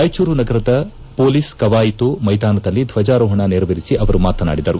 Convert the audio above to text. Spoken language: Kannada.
ರಾಯಚೂರು ನಗರದ ಪೊಲೀಸ್ ಕವಾಯಿತು ಮೈದಾನದಲ್ಲಿ ಧ್ವಜಾರೋಹಣ ನೆರವೇರಿಸಿ ಅವರು ಮಾತನಾಡಿದರು